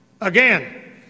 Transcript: again